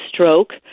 stroke